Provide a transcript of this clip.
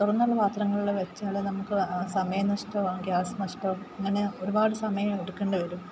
തുറന്നുള്ള പത്രങ്ങളിൽ വെച്ചാൽ നമുക്ക് സമയനഷ്ടവ ഗ്യാസ് നഷ്ടവ അങ്ങനെ ഒരുപാട് സമയം എടുക്കേണ്ടി വരും